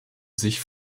sich